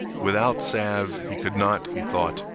without salve, he could not, he thought,